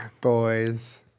Boys